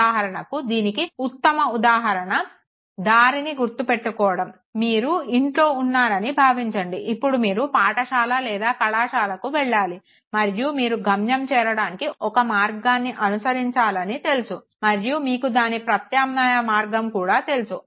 ఉదాహరణకు దీనికి ఉత్తమ ఉదాహరణ దారిని గుర్తుపెట్టుకోవడం మీఊ ఇంట్లో ఉన్నారని భావించండి ఇప్పుడు మీరు పాఠశాల లేదా కళాశాలకు వెళ్ళాలి మరియు మీరు గమ్యం చేరడానికి ఒక మార్గాన్ని అనుసరించాలని తెలుసు మరియు మీకు దాని ప్రత్యామ్నాయ మార్గం కూడా తెలుసు